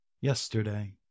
yesterday